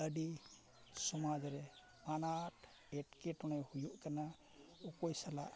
ᱟᱹᱰᱤ ᱥᱚᱢᱟᱡᱽ ᱨᱮ ᱟᱱᱟᱴ ᱮᱴᱠᱮᱴᱚᱬᱮ ᱦᱩᱭᱩᱜ ᱠᱟᱱᱟ ᱚᱠᱚᱭ ᱥᱟᱞᱟᱜ